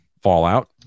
fallout